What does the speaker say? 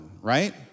right